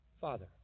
Father